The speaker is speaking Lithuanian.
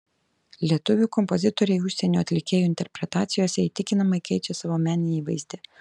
lietuvių kompozitoriai užsienio atlikėjų interpretacijose įtikinamai keičia savo meninį įvaizdį